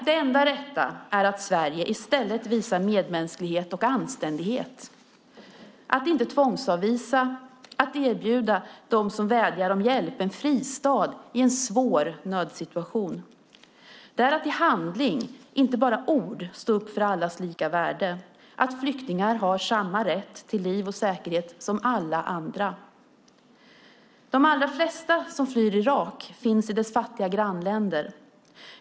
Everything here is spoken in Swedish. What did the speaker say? Det enda rätta är att Sverige i stället visar medmänsklighet och anständighet genom att inte tvångsavvisa utan att erbjuda dem som vädjar om hjälp en fristad i en svår nödsituation. Det är att i handling, inte bara i ord, stå upp för allas lika värde och att flyktingar har samma rätt till liv och säkerhet som alla andra. De allra flesta som flyr Irak finns i dess fattiga grannländer.